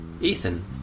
ethan